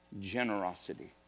generosity